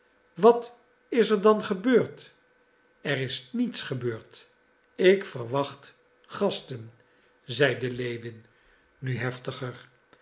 wat is er dan gebeurd er is niets gebeurd ik verwacht gasten zeide lewin nu heftiger